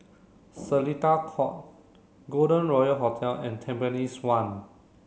Seletar Court Golden Royal Hotel and Tampines one